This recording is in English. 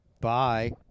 Bye